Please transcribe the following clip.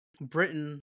Britain